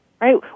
right